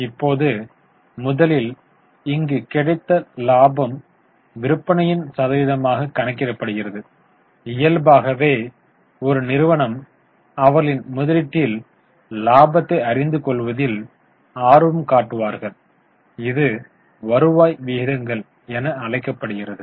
இப்போது முதலில் இங்கு கிடைத்த லாபம் விற்பனையின் சதவீதமாக கணக்கிடப்படுகிறது இயல்பாகவே ஒரு நிறுவனம் அவர்களின் முதலீட்டில் லாபத்தை அறிந்து கொள்வதில் ஆர்வம் காட்டுவார்கள் இது வருவாய் விகிதங்கள் என அழைக்கப்படுகிறது